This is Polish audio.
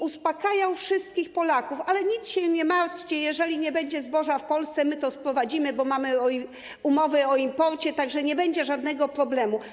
Uspokajał wszystkich Polaków: nic się nie martwcie, jeżeli nie będzie zboża w Polsce, my to sprowadzimy, bo mamy umowy o imporcie, tak że nie będzie żadnego problemu.